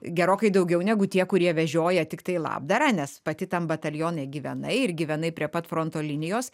gerokai daugiau negu tie kurie vežioja tiktai labdarą nes pati tam batalione gyvenai ir gyvenai prie pat fronto linijos